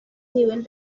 nivel